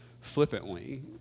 flippantly